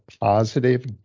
positive